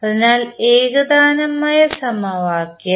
അതിനാൽ ഏകതാനമായ സമവാക്യം